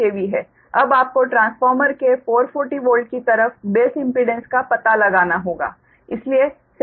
अब आपको ट्रांसफार्मर के 440 वोल्ट की तरफ बेस इम्पीडेंस का पता लगाना होगा